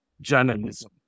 journalism